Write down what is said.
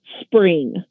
spring